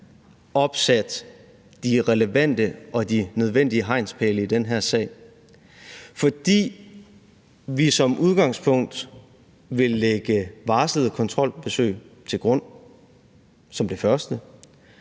opsat de relevante og nødvendige hegnspæle i den her sag, fordi vi som udgangspunkt vil lægge varslede kontrolbesøg til grund, og fordi